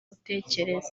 utekereza